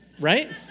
right